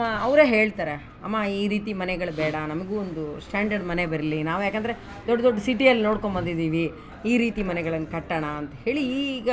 ಮಾ ಅವರೆ ಹೇಳ್ತಾರೆ ಅಮ್ಮಾ ಈ ರೀತಿ ಮನೆಗಳು ಬೇಡ ನಮಗೂ ಒಂದು ಸ್ಟ್ಯಾಂಡರ್ಡ್ ಮನೆ ಬರಲಿ ನಾವು ಯಾಕಂದರೆ ದೊಡ್ಡ ದೊಡ್ಡ ಸಿಟಿಯಲ್ಲಿ ನೋಡ್ಕೊಬಂದಿದೀವಿ ಈ ರೀತಿ ಮನೆಗಳನ್ನು ಕಟ್ಟೋಣ ಅಂತ ಹೇಳಿ ಈಗ